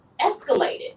escalated